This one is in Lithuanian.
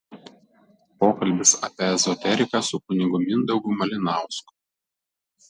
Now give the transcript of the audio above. pokalbis apie ezoteriką su kunigu mindaugu malinausku